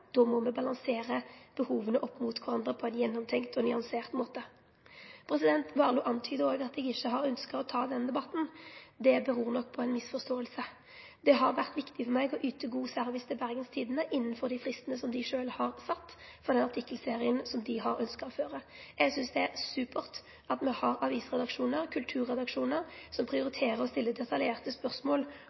Då må me balansere behova opp mot kvarandre på ein gjennomtenkt og nyansert måte. Warloe antydar at eg ikkje har ønskt å ta denne debatten. Det kjem nok av ei mistolking. Det har vore viktig for meg å yte god service til Bergens Tidende innanfor dei fristane som avisa sjølv har sett for den artikkelserien som avisa har ønskt å føre. Eg synest det er supert at me har avisredaksjonar og kulturredaksjonar som prioriterer å stille detaljerte spørsmål